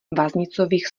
vaznicových